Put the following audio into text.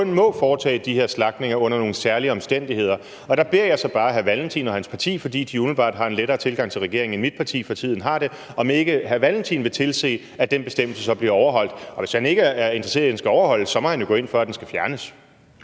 må foretage de her slagtninger under nogle særlige omstændigheder, og der beder jeg så bare hr. Carl Valentin og hans parti, fordi de umiddelbart har en lettere tilgang til regeringen, end mit parti for tiden har det, om at tilse, at den bestemmelse så bliver overholdt. Og hvis ikke han er interesseret i, at den skal overholdes, må han jo gå ind for, at den skal fjernes.